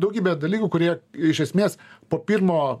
žila daugybe dalykų kurie iš esmės po pirmo